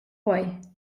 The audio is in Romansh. quei